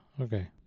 Okay